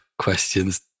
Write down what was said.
questions